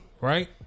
Right